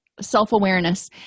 self-awareness